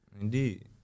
Indeed